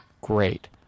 great